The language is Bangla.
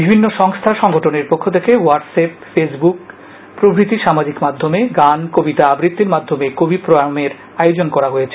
বিভিন্ন সংস্থা সংগঠনের পক্ষ থেকে হোয়াটস অ্যাপ ফেসবুক ইত্যাদি সামাজিক মাধ্যমে গান কবিতা আবৃত্তির মাধ্যমে কবি প্রণামের আয়োজন করা হয়